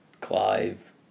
Clive